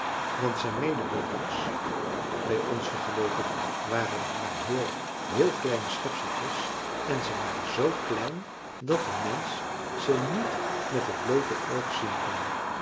want zijn medeburgers bij ons vergeleken waren het maar heel heel kleine schepseltjes en ze waren z klein dat een mensch ze niet met het bloote oog zien kon